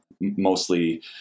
mostly